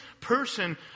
person